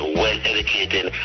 well-educated